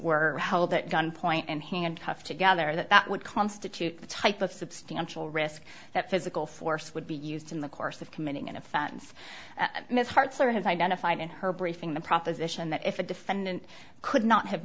were held at gunpoint and handcuffed together that would constitute the type of substantial risk that physical force would be used in the course of committing an offense miss hartzler has identified in her briefing the proposition that if a defendant could not have